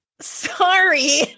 sorry